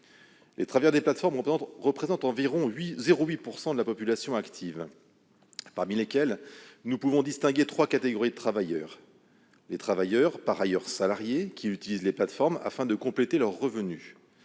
Les travailleurs des plateformes représentent environ 0,8 % de la population active. Ils se répartissent entre trois catégories de travailleurs : les travailleurs, par ailleurs salariés, qui utilisent les plateformes afin de compléter leurs revenus